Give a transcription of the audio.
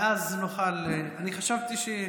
ואז נוכל אני חשבתי,